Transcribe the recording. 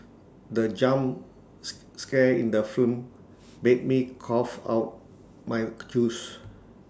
the jumps scare in the film made me cough out mike juice